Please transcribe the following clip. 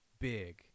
big